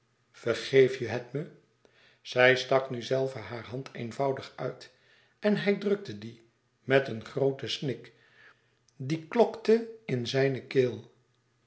vergeef je het me zij stak nu zelve haar hand eenvoudig uit en hij drukte die met een grooten snik die klokte in zijne keel